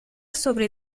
sobre